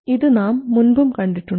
ഇത് നാം മുൻപും കണ്ടിട്ടുണ്ട്